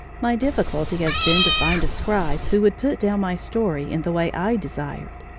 my difficulty has been to find a scribe who would put down my story in the way i desired.